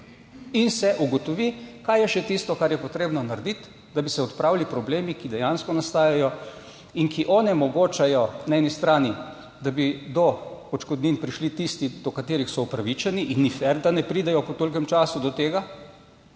in se ugotovi, kaj je še tisto, kar je potrebno narediti, da bi se odpravili problemi, ki dejansko nastajajo, in ki onemogočajo na eni strani, da bi do odškodnin prišli tisti, do katerih so upravičeni in ni fer, da ne pridejo po tolikem času do tega